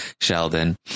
Sheldon